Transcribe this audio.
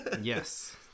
Yes